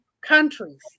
countries